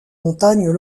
montagnes